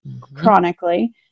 chronically